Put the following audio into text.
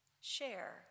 share